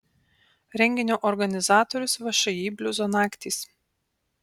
renginio organizatorius všį bliuzo naktys